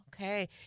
Okay